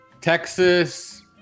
texas